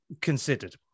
considered